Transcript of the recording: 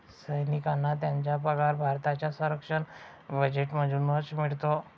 सैनिकांना त्यांचा पगार भारताच्या संरक्षण बजेटमधूनच मिळतो